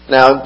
Now